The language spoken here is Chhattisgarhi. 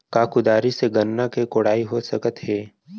का कुदारी से गन्ना के कोड़ाई हो सकत हे?